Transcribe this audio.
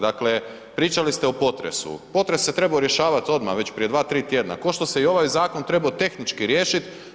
Dakle, pričali ste o potresu, potres se trebao rješavati odmah već prije 2, 3 tjedna, kao što se i ovaj zakon trebao tehnički riješiti.